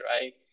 right